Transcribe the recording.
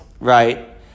right